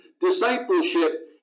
discipleship